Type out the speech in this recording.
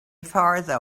farther